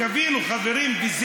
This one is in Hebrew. תבינו, חברים, זה